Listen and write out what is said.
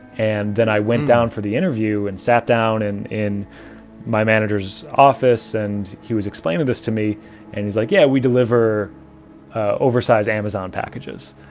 and then i went down for the interview and sat down in my manager's office and he was explaining this to me and he's like, yeah, we deliver oversize amazon packages.